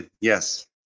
Yes